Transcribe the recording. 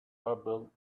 trouble